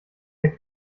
herr